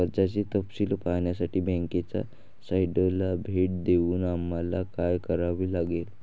कर्जाचे तपशील पाहण्यासाठी बँकेच्या साइटला भेट देऊन आम्हाला काय करावे लागेल?